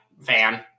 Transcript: van